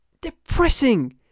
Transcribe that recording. depressing